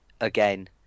again